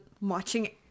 watching